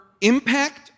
impact